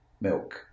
milk